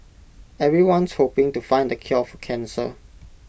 everyone's hoping to find the cure for cancer